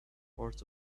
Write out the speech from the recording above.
part